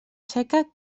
seca